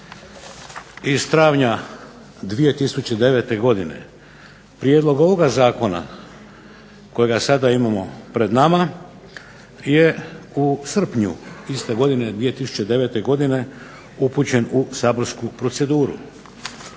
iz travnja 2009. godine. Prijedlog ovoga zakona kojega sada imamo pred nama je u srpnju iste godine 2009. godine upućen u saborsku proceduru.